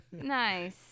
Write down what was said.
Nice